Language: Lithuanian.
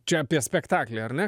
čia apie spektaklį ar ne